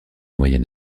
moyen